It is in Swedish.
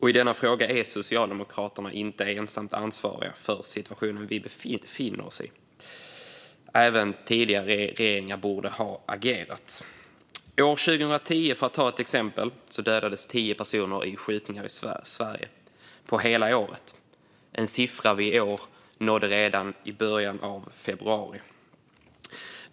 I denna fråga är Socialdemokraterna inte ensamt ansvariga för den situation vi befinner oss i, utan även tidigare regeringar borde ha agerat. År 2010, för att ta ett exempel, dödades tio personer i skjutningar i Sverige under hela året. Det är en siffra som vi i år nådde redan i början av februari.